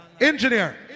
Engineer